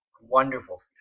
wonderful